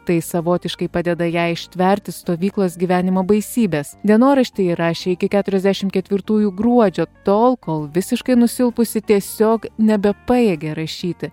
tai savotiškai padeda jai ištverti stovyklos gyvenimo baisybes dienoraštį ji rašė iki keturiasdešim ketvirtųjų gruodžio tol kol visiškai nusilpusi tiesiog nebepajėgė rašyti